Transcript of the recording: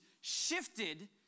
shifted